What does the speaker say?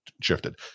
shifted